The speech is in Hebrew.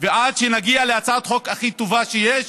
עד שנגיע להצעת החוק הכי טובה שיש,